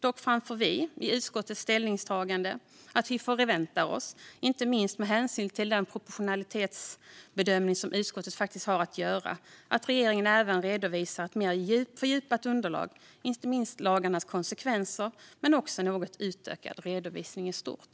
Dock framför vi i utskottets ställningstagande att vi förväntar oss, inte minst med hänsyn till den proportionalitetsbedömning som utskottet har att göra, att regeringen även presenterar ett mer fördjupat underlag, inte minst om lagarnas konsekvenser, men också en något utökad redovisning i stort.